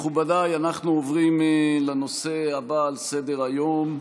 מכובדיי, אנחנו עוברים לנושא הבא על סדר-היום,